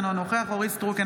אינו נוכח אורית מלכה סטרוק,